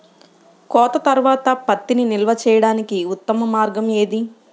కోత తర్వాత పత్తిని నిల్వ చేయడానికి ఉత్తమ మార్గం ఏది?